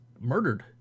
murdered